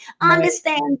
understand